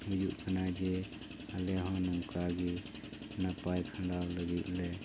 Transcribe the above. ᱦᱩᱭᱩᱜ ᱠᱟᱱᱟ ᱡᱮ ᱟᱞᱮ ᱦᱚᱸ ᱱᱚᱝᱠᱟ ᱜᱮ ᱱᱟᱯᱟᱭ ᱠᱷᱟᱰᱟᱣ ᱞᱟᱹᱜᱤᱫ ᱞᱮ